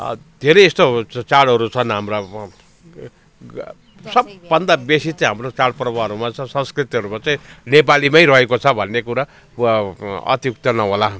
धेरै यस्ता चाडहरू छन् हाम्रा सबभन्दा बेसी चाहिँ हाम्रो चाडपर्वहरूमा छ संस्कृतिहरूमा चाहिँ नेपालीमा रहेको छ भन्ने कुरा वा अत्युक्त नहोला